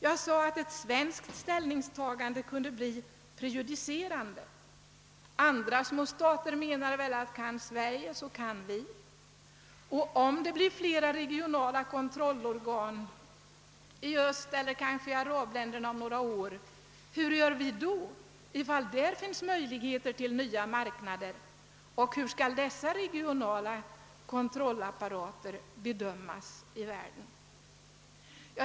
Jag sade att ett svenskt ställningstakande kunde bli prejudicerande. Andra små stater menar kanske att »kan Sverige så kan vi». Och om det blir flera regionala kontrollorgan i öst eller kanske i Arabländerna om några år, hur gör vi då, därest det där finns möjligheter till nya marknader? Hur skall dessa regionala kontrollapparater bedömas i världen?